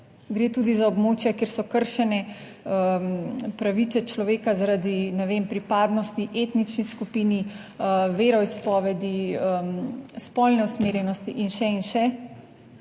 gre tudi za območja, kjer so kršene pravice človeka zaradi, ne vem, pripadnosti etnični skupini, veroizpovedi, spolne usmerjenosti in še in še.